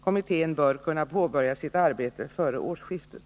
Kommittén bör kunna påbörja sitt arbete före årsskiftet.